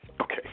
Okay